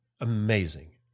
Amazing